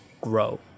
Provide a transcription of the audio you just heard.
grow